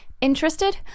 Interested